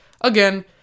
again